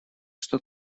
что